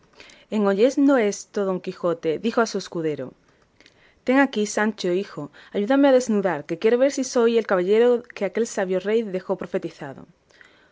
en oyendo esto don quijote dijo a su escudero ten aquí sancho hijo ayúdame a desnudar que quiero ver si soy el caballero que aquel sabio rey dejó profetizado